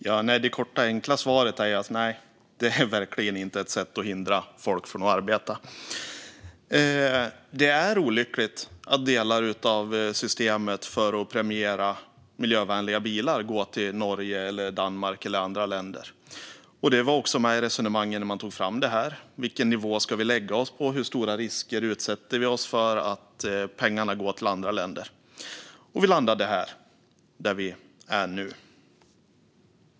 Fru talman! Det korta enkla svaret är: Nej, det är verkligen inte ett sätt att hindra människor från att arbeta. Det är olyckligt att delar av pengarna i systemet för att premiera miljövänliga bilar går till Norge, Danmark eller andra länder. Det var också med i resonemangen när man tog fram detta. Vilken nivå ska vi lägga oss på? Hur stora risker är det att pengarna går till andra länder? Vi landade här där vi är nu.